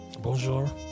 Bonjour